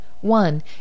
One